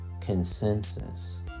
consensus